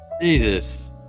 Jesus